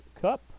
Cup